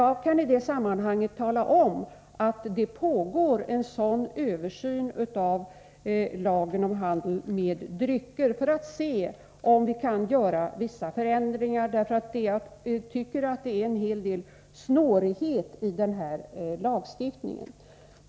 Jag kan i detta sammanhang tala om att det pågår en sådan översyn av lagen om handel med drycker, för att se om det är möjligt att göra vissa förändringar — det finns en hel del snårighet i denna lagstiftning.